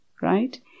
right